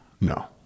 no